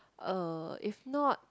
uh if not